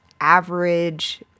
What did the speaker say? average